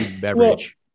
beverage